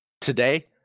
today